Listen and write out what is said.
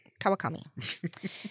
Kawakami